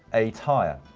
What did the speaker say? a tyre.